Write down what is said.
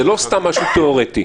זה לא סתם משהו תיאורטי.